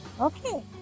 Okay